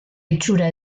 itxura